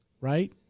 right